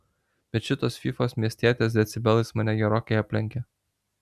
bet šitos fyfos miestietės decibelais mane gerokai aplenkė